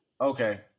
Okay